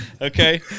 Okay